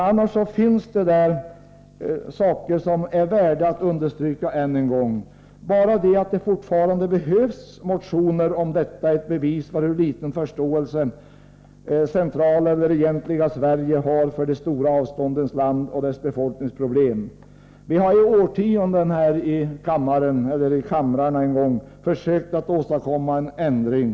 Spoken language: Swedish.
Annars finns det saker i motionen, som det är värt att än en gång understryka. Bara det faktum att det fortfarande behövs motioner om detta är ett bevis för hur liten förståelse det övriga Sverige har för de stora avståndens land och dess befolkningsproblem. I kammaren — eller förr i kamrarna — har vi försökt att åstadkomma en ändring.